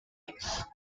case